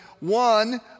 One